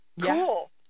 Cool